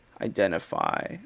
identify